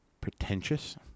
pretentious